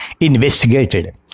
investigated